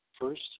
First